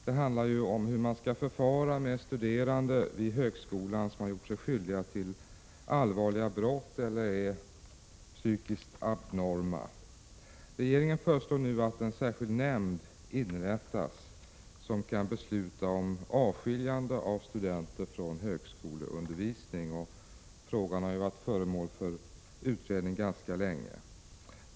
Det handlar om hur man skall förfara med studerande vid högskolan som har gjort sig skyldiga till allvarliga brott eller som är psykiskt abnorma. Regeringen föreslår nu att en särskild nämnd inrättas som kan besluta om avskiljande av studenter från högskoleundervisning. Frågan har varit föremål för utredning ganska länge.